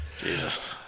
Jesus